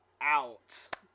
out